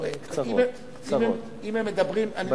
אם הם מדברים, קצרות, קצרות.